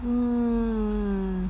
mmhmm